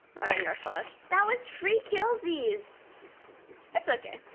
rengar flash that was free killsies that's okay.